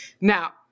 Now